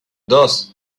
dos